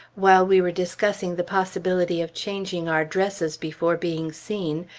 while we were discussing the possibility of changing our dresses before being seen,